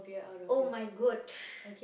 !oh-my-God!